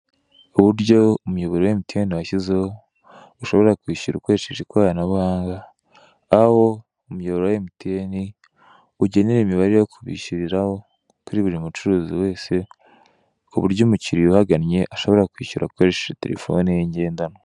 Uburyo umuyoboro wa MTN washyizeho ushobora kwishyura ukoresheje ikoranabuhanga aho umuyoboro wa MTN ugenera imibare yo kubishyuriraho kuri buri mucuruzi wese kuburyo umukiriya uhagannye ashobora kwishyura akoresheje telefone ye ngendanwa.